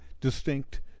distinct